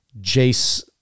Jace